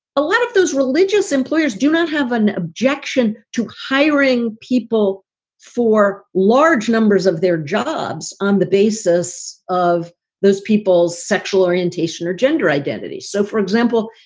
a lot of those religious employers do not have an objection to hiring people for large numbers of their jobs on the basis of those people's sexual orientation or gender identity. so, for example,